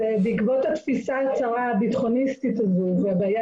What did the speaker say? בעקבות התפיסה הצרה הביטחוניסטית הזאת והבעיה